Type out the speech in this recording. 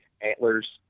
antlers